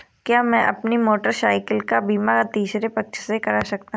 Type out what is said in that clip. क्या मैं अपनी मोटरसाइकिल का बीमा तीसरे पक्ष से करा सकता हूँ?